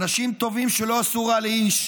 אנשים טובים שלא עשו רע לאיש,